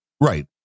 Right